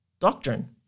doctrine